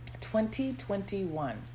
2021